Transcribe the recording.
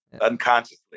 unconsciously